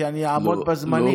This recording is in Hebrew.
כי אני אעמוד בזמנים,